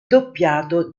doppiato